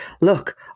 Look